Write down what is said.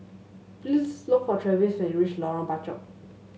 please look for Travis when you reach Lorong Bachok